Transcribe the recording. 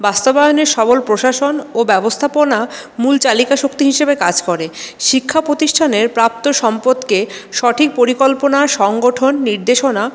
বাস্তবায়নের সবল প্রশাসন ও ব্যবস্থাপনা মূল চালিকা শক্তি হিসাবে কাজ করে শিক্ষা প্রতিষ্ঠানের প্রাপ্ত সম্পদকে সঠিক পরিকল্পনা সংগঠন নির্দেশনা